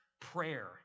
prayer